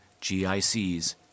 GICs